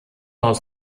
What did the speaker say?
aus